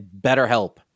BetterHelp